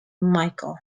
michael